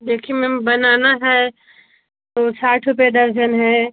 देखिए ma'am banana है तो साठ रुपये दर्ज़न है